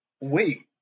Wait